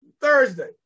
thursday